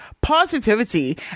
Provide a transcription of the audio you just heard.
positivity